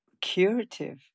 curative